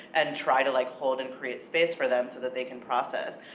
and try to like hold and create space for them so that they can process,